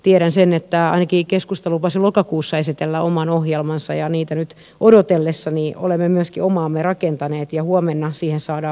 tiedän sen että ainakin keskusta lupasi lokakuussa esitellä oman ohjelmansa ja sitä nyt odotellessa olemme myöskin omaamme rakentaneet ja huomenna siihen saadaan vastauksia